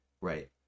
right